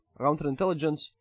counterintelligence